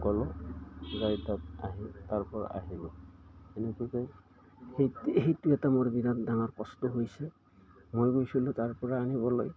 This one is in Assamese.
গ'লোঁ যাই তাত আহি তাৰপৰা আহিলোঁ এনেকুৱাকৈ সেই সেইটো এটা মোৰ বিৰাট ডাঙৰ কষ্ট হৈছে মই গৈছিলোঁ তাৰপৰা আনিবলৈ